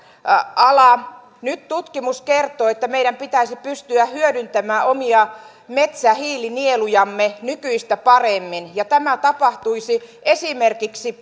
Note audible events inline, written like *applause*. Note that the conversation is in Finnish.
ala nyt tutkimus kertoo että meidän pitäisi pystyä hyödyntämään omia metsähiilinielujamme nykyistä paremmin ja tämä tapahtuisi parhaiten esimerkiksi *unintelligible*